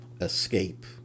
escape